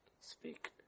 Speak